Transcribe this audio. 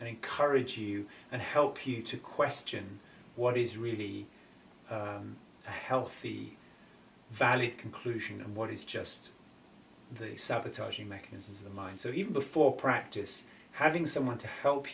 and encourage you and help you to question what is really healthy valid conclusion and what is just the sabotaging mechanisms of the mind so even before practice having someone to help